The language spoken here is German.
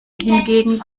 hingegen